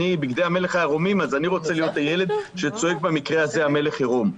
אני רוצה להיות הילד שצועק "המלך עירום".